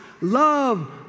love